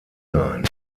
sein